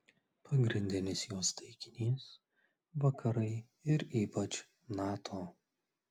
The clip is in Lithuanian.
pagrindinis jos taikinys vakarai ir ypač nato